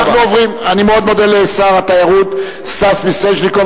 אני מאוד מודה לשר התיירות סטס מיסז'ניקוב,